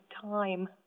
time